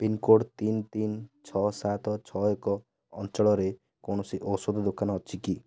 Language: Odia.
ପିନ୍କୋଡ଼୍ ତିନି ତିନି ଛଅ ସାତ ଛଅ ଏକ ଅଞ୍ଚଳରେ କୌଣସି ଔଷଧ ଦୋକାନ ଅଛି କି